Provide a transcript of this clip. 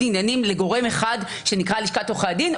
עניינים לגורם אחד שנקרא לשכת עורכי הדין,